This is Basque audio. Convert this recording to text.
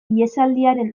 ihesaldiaren